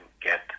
get